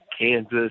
Kansas